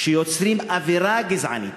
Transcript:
שיוצרות אווירה גזענית.